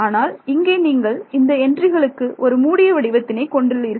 ஆனால் இங்கே நீங்கள் இந்த என்ட்ரிகளுக்கு ஒரு மூடிய வடிவத்தினை கொண்டுள்ளீர்கள்